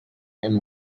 and